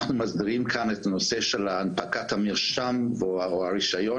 אנחנו מסדירים כאן את נושא של הנפקת המרשם או הרישיון,